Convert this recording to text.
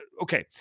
okay